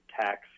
tax